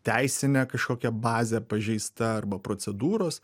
teisinė kažkokia bazė pažeista arba procedūros